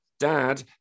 dad